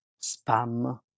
spam